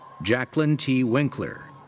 jaclyn t. winkler.